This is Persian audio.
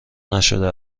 نشده